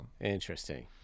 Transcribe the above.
Interesting